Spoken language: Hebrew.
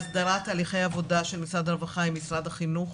הסדרת הליכי עבודה של משרד הרווחה עם משרד החינוך